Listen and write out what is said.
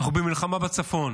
אנחנו במלחמה בצפון.